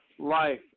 life